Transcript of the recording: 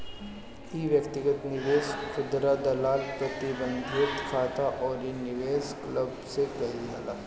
इ व्यक्तिगत निवेश, खुदरा दलाल, प्रतिबंधित खाता अउरी निवेश क्लब से कईल जाला